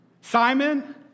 Simon